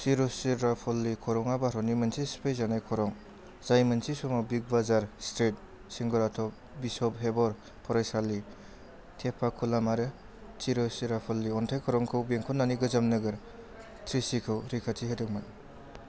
तिरुचिरापल्ली खरङा भारतनि मोनसे सिफाय जानाय खरं जाय मोनसे समाव big bazaar street Singarathope bishop Heber फरायसालि टेपाकुलम आरो तिरुचिरापल्ली अनथाइ खरंखौ बेंखननानै गोजाम नोगोर त्रिचीखौ रैखाथि होदों मोन